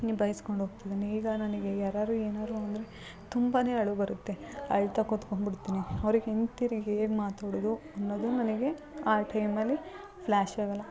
ನಿಭಾಯಿಸ್ಕೊಂಡು ಹೋಗ್ತಿದಿನಿ ಈಗ ನನಗೆ ಯಾರಾದ್ರೂ ಏನಾದ್ರೂ ಅಂದರೆ ತುಂಬ ಅಳು ಬರುತ್ತೆ ಅಳ್ತಾ ಕುತ್ಕೊಂಡು ಬಿಡ್ತೀನಿ ಅವ್ರಿಗೆ ಹಿಂದೆ ತಿರುಗಿ ಏನು ಮಾತಾಡೋದು ಅನ್ನೋದು ನನಗೆ ಆ ಟೈಮಲ್ಲಿ ಫ್ಲ್ಯಾಶ್ ಆಗಲ್ಲ